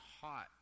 hot